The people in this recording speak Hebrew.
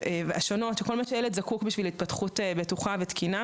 השונות כל מה שילד זקוק בשביל התפתחות בטוחה ותקינה.